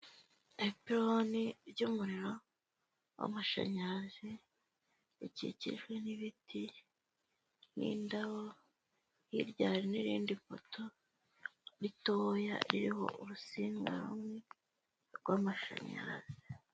Ipironi ry'umuriro w'amashanyarazi, rikikijwe n'ibiti n'indabo, hirya hari n'irindi poto ritoya, ririho urusinga rumwe rw'amashanyarazi.